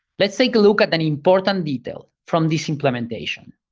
let's take a look at an important detail from this implementation.